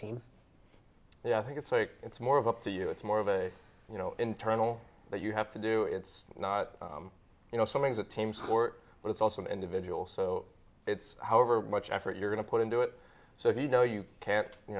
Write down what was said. team i think it's like it's more of up to you it's more of a you know internal that you have to do it's not you know something's a team sport but it's also an individual so it's however much effort you're going to put into it so you know you can't you